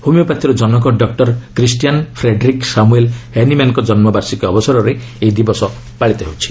ହୋମିଓପାଥିର ଜନକ doctor Christian Friedrich Samuel ହାନିମାନ୍ଙ୍କ ଜନ୍ମ ବାର୍ଷିକୀ ଅବସରରେ ଏହି ଦିବସ ପାଳିତ ହୋଇଛି